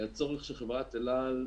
הצורך של חברת אל על,